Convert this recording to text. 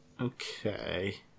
Okay